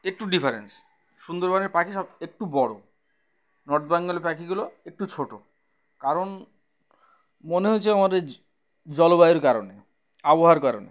একটু ডিফারেন্স সুন্দরবনের পাখি সব একটু বড়ো নর্থ বেঙ্গলের পাখিগুলো একটু ছোটো কারণ মনে হয়েছে আমাদের জলবায়ুর কারণে আবহাওয়ার কারণে